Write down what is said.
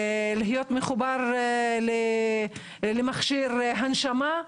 להיות מחובר למכשיר הנשמה.